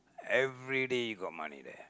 every day got money there